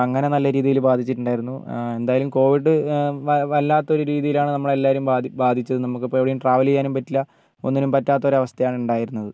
അങ്ങനെ നല്ല രീതിയിൽ ബാധിച്ചിട്ടുണ്ടായിരുന്നു എന്തായാലും കോവിഡ് വ വല്ലാത്തൊരു രീതിയിലാണ് നമ്മളെ എല്ലാവരെയും ബാധി ബാധിച്ചത് നമുക്കിപ്പോൾ എവിടെയും ട്രാവൽ ചെയ്യാനും പറ്റില്ല ഒന്നിനും പറ്റാത്ത ഒരവസ്ഥയാണ് ഉണ്ടായിരുന്നത്